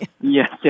Yes